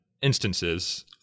instances